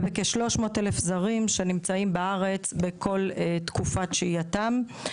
ובכ-300,000 זרים שנמצאים בארץ בכל תקופת שהייתם.